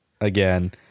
again